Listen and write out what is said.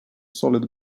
solid